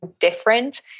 different